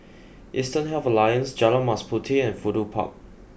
Eastern Health Alliance Jalan Mas Puteh and Fudu Park